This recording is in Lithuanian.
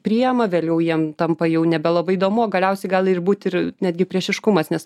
priima vėliau jiem tampa jau nebelabai įdomu o galiausiai gal ir būt ir netgi priešiškumas nes